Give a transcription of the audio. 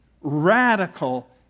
radical